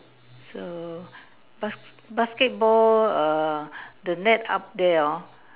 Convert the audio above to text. so bask~ basketball err the net up there hor